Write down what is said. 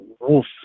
wolf